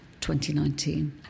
2019